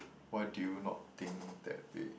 why did you not think that way